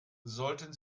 sollten